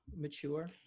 mature